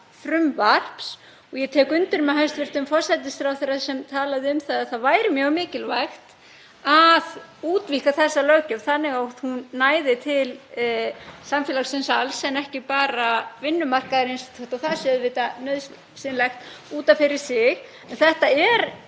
frumvarps. Ég tek undir með hæstv. forsætisráðherra sem talaði um að það væri mjög mikilvægt að útvíkka þessa löggjöf þannig að hún næði til samfélagsins alls en ekki bara vinnumarkaðarins þó að það sé auðvitað nauðsynlegt út af fyrir sig.